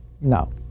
No